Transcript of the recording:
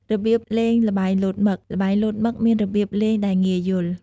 របៀបលេងល្បែងលោតមឹក ល្បែងលោតមឹកមានរបៀបលេងដែលងាយយល់។